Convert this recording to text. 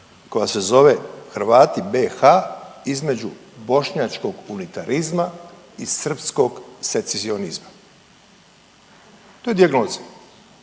koja se zove „Hrvati BiH između bošnjačkog unitarizma i srpskog secesionizma“. To je dijagnoza.